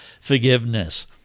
forgiveness